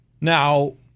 Now